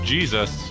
Jesus